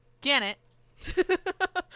Janet